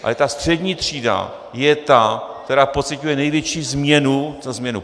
Ale ta střední třída je ta, která pociťuje největší změnu co změnu?